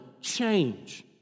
change